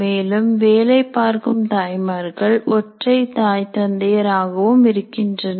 மேலும் வேலை பார்க்கும் தாய்மார்கள் ஒற்றை தாய் தந்தையர் ஆகவும் இருக்கின்றனர்